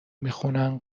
میخونن